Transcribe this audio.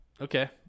Okay